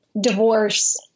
divorce